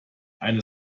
eine